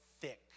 thick